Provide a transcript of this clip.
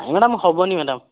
ନାଇଁ ମ୍ୟାଡ଼ାମ୍ ହେବନି ମ୍ୟାଡ଼ାମ୍